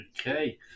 Okay